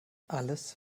alles